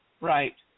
Right